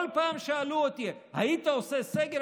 כל פעם שאלו אותי: היית עושה סגר?